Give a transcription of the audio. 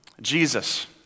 Jesus